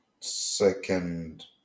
second